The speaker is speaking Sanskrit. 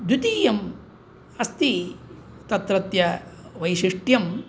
द्वितीयम् अस्ति तत्रत्य वैशिष्ट्यम्